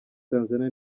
tanzania